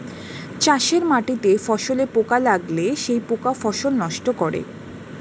চাষের মাটিতে ফসলে পোকা লাগলে সেই পোকা ফসল নষ্ট করে